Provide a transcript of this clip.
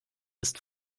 ist